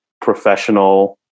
professional